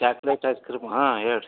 chocolate ice cream ಹಾಂ ಹೇಳಿರಿ